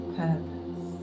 purpose